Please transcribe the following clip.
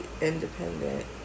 independent